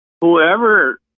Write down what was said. Whoever